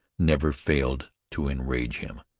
never failed to enrage him.